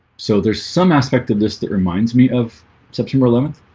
so there's some aspect of this that reminds me of september eleventh,